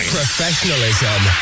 Professionalism